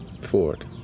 Ford